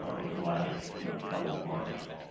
over the last couple of months.